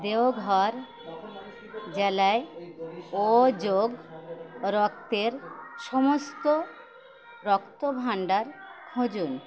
দেওঘর জেলায় ও যোগ রক্তের সমস্ত রক্তভাণ্ডার খুঁজুন